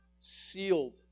sealed